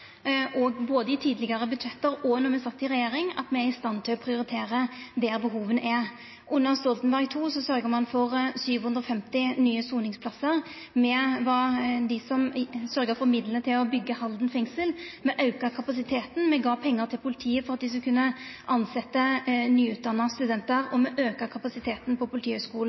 vist, både i tidlegare budsjett og då me sat i regjering, at me er i stand til å prioritera der behova er. Under Stoltenberg II sørgde ein for 750 nye soningsplassar, det var me som sørgde for midlane til å byggja Halden fengsel, me auka kapasiteten, me gav pengar til politiet for at dei skulle kunna tilsetja nyutdanna studentar, og me auka kapasiteten på Politihøgskolen.